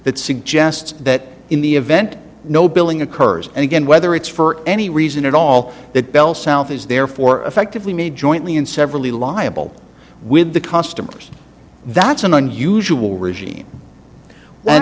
that suggests that in the event no billing occurs and again whether it's for any reason at all that bell south is therefore effectively made jointly and severally liable with the customers that's an unusual regime